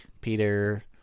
Peter